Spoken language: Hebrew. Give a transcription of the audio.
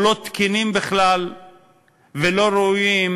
או לא תקינים בכלל ולא ראויים